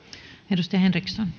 arvoisa